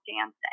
dancing